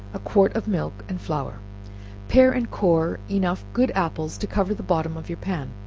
a quart of milk and flour pare and core enough good apples to cover the bottom of your pan,